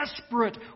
desperate